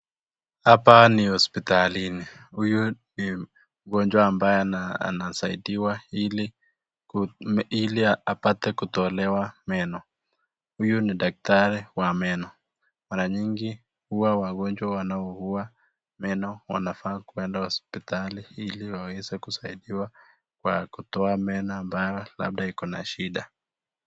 Hapa ni hospitalini, huyu ni mgonjwa ambaye ana anasaidiwa, ili, kume, ili apate kutolewa meno, huyu ni daktari wa meno, mara nyingi, huwa wagonjwa wanao ugua, meno, wanafaa kwenda hospitali ili waweze kusaidiwa kwa kutoa meno ambayo labda iko na shida.